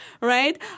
right